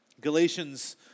Galatians